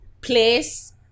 place